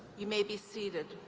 you may be seated.